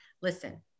listen